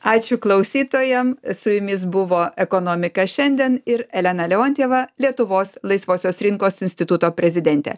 ačiū klausytojam su jumis buvo ekonomika šiandien ir elena leontjeva lietuvos laisvosios rinkos instituto prezidentė